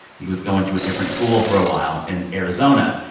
he was going to a different school for a while in arizona.